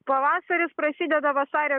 pavasaris prasideda vasario